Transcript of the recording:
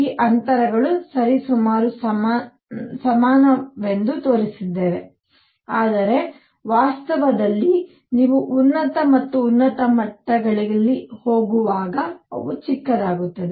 ಈ ಅಂತರಗಳು ಸರಿಸುಮಾರು ಸಮಾನವೆಂದು ತೋರಿಸಿದ್ದೇನೆ ಆದರೆ ವಾಸ್ತವದಲ್ಲಿ ನೀವು ಉನ್ನತ ಮತ್ತು ಉನ್ನತ ಮಟ್ಟಗಳಿಗೆ ಹೋಗುವಾಗ ಅವು ಚಿಕ್ಕದಾಗುತ್ತವೆ